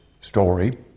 story